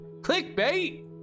clickbait